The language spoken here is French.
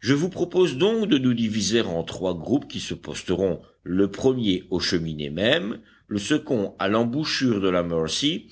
je vous propose donc de nous diviser en trois groupes qui se posteront le premier aux cheminées mêmes le second à l'embouchure de la mercy